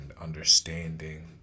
understanding